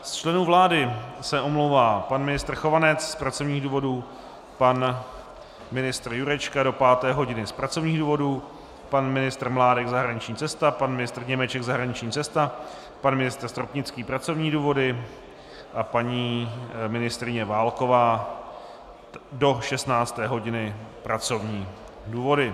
Z členů vlády se omlouvá pan ministr Chovanec z pracovních důvodů, pan ministr Jurečka do páté hodiny z pracovních důvodů, pan ministr Mládek zahraniční cesta, pan ministr Němeček zahraniční cesta, pan ministr Stropnický pracovní důvody a paní ministryně Válková do 16 hodiny pracovní důvody.